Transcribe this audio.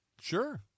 Sure